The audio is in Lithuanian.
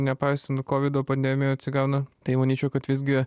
nepaisant covido pandemijo atsigauna tai manyčiau kad visgi